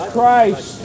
Christ